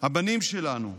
הבנים שלנו,